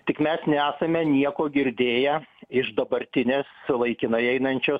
tik mes nesame nieko girdėję iš dabartinės laikinai einančios